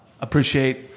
appreciate